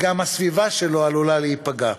גם הסביבה שלו עלולה להיפגע,